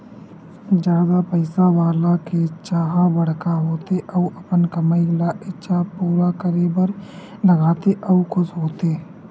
जादा पइसा वाला के इच्छा ह बड़का होथे अउ अपन कमई ल इच्छा पूरा करे बर लगाथे अउ खुस होथे